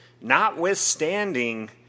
notwithstanding